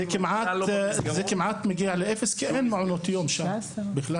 זה כמעט מגיע לאפס כי אין מעונות שם בכלל.